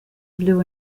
blue